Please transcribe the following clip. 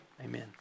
amen